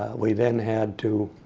we then had to